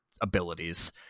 abilities